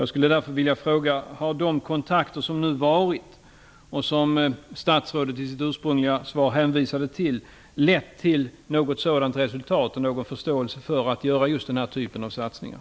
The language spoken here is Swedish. Jag skulle därför vilja fråga: Har de kontakter som nu varit och som statsrådet i sitt skrivna svar hänvisade till lett till något resultat och någon förståelse för den här typen av satsningar?